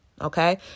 Okay